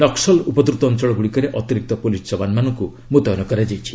ନକ୍କଲ ଉପଦ୍ରତ ଅଞ୍ଚଳଗୁଡ଼ିକରେ ଅତିରିକ୍ତ ପୁଲିସ୍ ଯବାନଙ୍କୁ ମୁତୟନ କରାଯାଇଛି